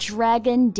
Dragon